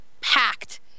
packed